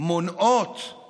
מונעות